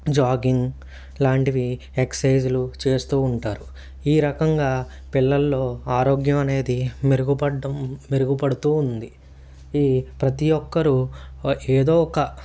jogging లాంటివి ఎక్ససైజులు చేస్తూ ఉంటారు ఈ రకంగా పిల్లల్లో ఆరోగ్యం అనేది మెరుగుపడ్డం మెరుగుపడుతూ ఉంది ఈ ప్రతి ఒక్కరూ ఏదో ఒక